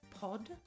Pod